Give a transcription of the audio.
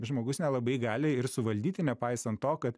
žmogus nelabai gali ir suvaldyti nepaisant to kad